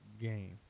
game